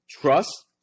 Trust